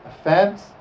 offense